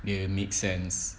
dia make sense